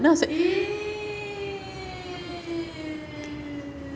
then I was like